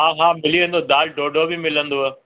हा हा मिली वेंदो दाल ॾोढो बि मिलंदव